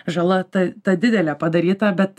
žala ta ta didelė padaryta bet